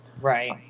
Right